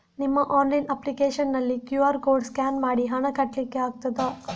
ನಿಮ್ಮ online application ನಲ್ಲಿ QR code scan ಮಾಡಿ ಹಣ ಕಟ್ಲಿಕೆ ಆಗ್ತದ?